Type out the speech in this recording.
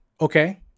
Okay